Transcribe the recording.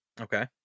Okay